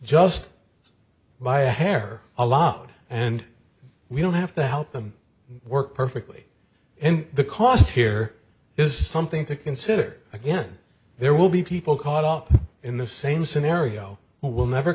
as by a hair a lot and we don't have to help them work perfectly and the cost here is something to consider again there will be people caught up in the same scenario who will never